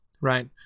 right